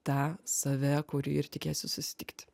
tą save kurį ir tikiesi susitikti